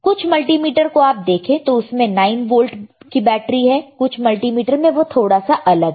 कुछ मल्टीमीटर को आप देखें तो उसमें 9 वोल्ट की बैटरी है कुछ मल्टीमीटर में वह थोड़ा सा अलग है